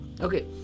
Okay